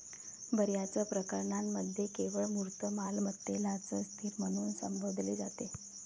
बर्याच प्रकरणांमध्ये केवळ मूर्त मालमत्तेलाच स्थिर म्हणून संबोधले जाते